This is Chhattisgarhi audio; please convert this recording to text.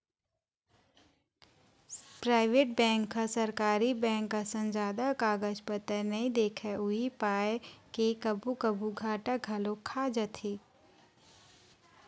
पराइवेट बेंक ह सरकारी बेंक असन जादा कागज पतर नइ देखय उही पाय के कभू कभू घाटा घलोक खा जाथे